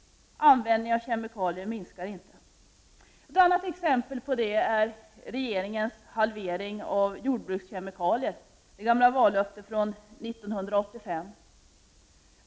Användningen av kemikalier minskar inte. Ett annat exempel på detta är regeringens halvering av antalet jordbrukskemikalier, det gamla vallöftet från 1985.